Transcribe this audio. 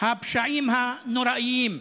הפשעים הנוראיים,